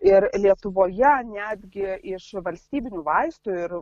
ir lietuvoje netgi iš valstybinių vaistų ir